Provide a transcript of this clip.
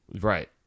Right